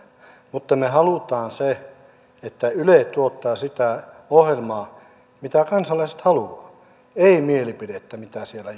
mutta me haluamme että yle tuottaa sitä ohjelmaa mitä kansalaiset haluavat ei mielipidettä mitä siellä julistetaan nyt